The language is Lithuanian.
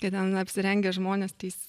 kad ten apsirengę žmonės tais